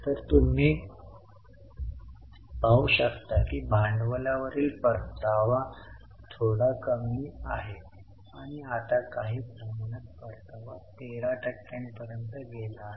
तर तुम्ही पाहु शकता की भांडवलावरील परतावा थोडा कमी आहे आणि आता काही कालावधीत परतावा 13 टक्क्यांपर्यंत गेला आहे